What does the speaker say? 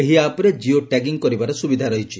ଏହି ଆପ୍ରେ geo tagging କରିବାର ସ୍ରବିଧା ରହିଛି